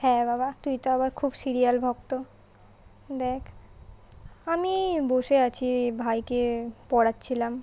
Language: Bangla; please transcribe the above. হ্যাঁ বাবা তুই তো আবার খুব সিরিয়াল ভক্ত দেখ আমি বসে আছি ভাইকে পড়াচ্ছিলাম